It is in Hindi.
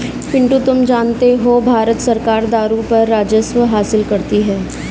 पिंटू तुम जानते हो भारत सरकार दारू पर राजस्व हासिल करती है